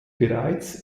bereits